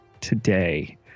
today